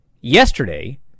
yesterday